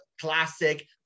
classic